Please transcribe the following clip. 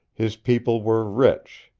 his people were rich.